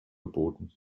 geboten